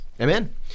Amen